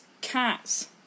cats